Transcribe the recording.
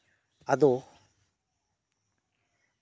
ᱟᱫᱚ